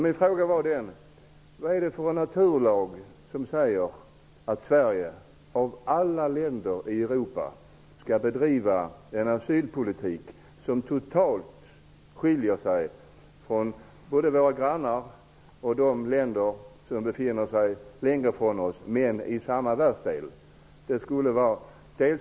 Min fråga löd: Vilken naturlag säger att Sverige av alla länder i Europa skall bedriva en asylpolitik, som gör att Sverige totalt skiljer sig både från våra grannar och från de länder som befinner sig längre från oss men i samma världsdel?